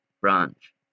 branch